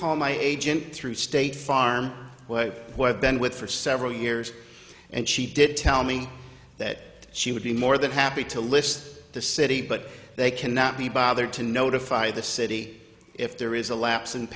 call my agent through state farm what i've been with for several years and she did tell me that she would be more than happy to list the city but they cannot be bothered to notify the city if there is a lapse in